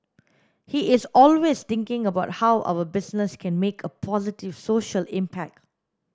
he is always thinking about how our business can make a positive social impact